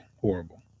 horrible